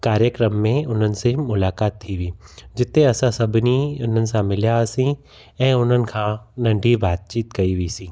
कार्यक्रम में उन्हनि से मुलाक़ात थी हुई जिते असां सभिनी उन्हनि सां मिलियासीं ऐं उन्हनि खां नंढी बातचीत कईसीं